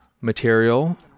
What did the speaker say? material